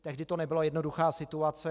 Tehdy to nebyla jednoduchá situace.